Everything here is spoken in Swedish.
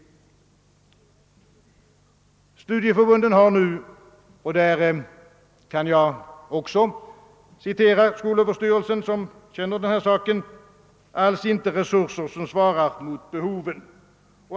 Studieförbunden har nu — även där kan jag referera till skolöverstyrelsen, som känner till saken — alls inte resurser som svarar mot behoven.